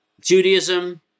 Judaism